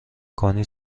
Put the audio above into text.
کنی